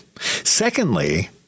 Secondly